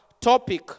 topic